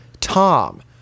Tom